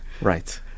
right